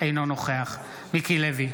אינו נוכח מיקי לוי,